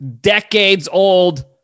decades-old